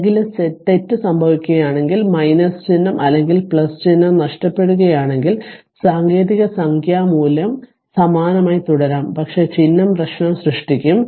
എന്തെങ്കിലും തെറ്റ് സംഭവിക്കുകയാണെങ്കിൽ ചിഹ്നം അല്ലെങ്കിൽ ചിഹ്നം നഷ്ടപ്പെടുകയാണെങ്കിൽ സാങ്കേതിക സംഖ്യാ മൂല്യം സംഖ്യാ മൂല്യം സമാനമായി തുടരാം പക്ഷേ ചിഹ്നം പ്രശ്നം സൃഷ്ടിക്കും